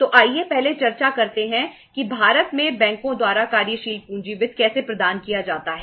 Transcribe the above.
तो आइए पहले चर्चा करते हैं कि भारत में बैंकों द्वारा कार्यशील पूंजी वित्त कैसे प्रदान किया जाता है